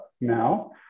now